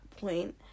point